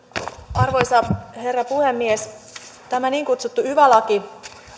arvoisa herra puhemies tämä niin kutsuttu yva laki